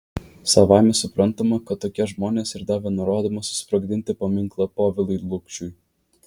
savaime suprantama kad tokie žmonės ir davė nurodymą susprogdinti paminklą povilui lukšiui